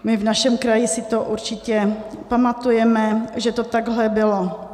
My v našem kraji si to určitě pamatujeme, že to takhle bylo.